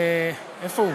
איפה הוא?